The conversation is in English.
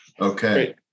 Okay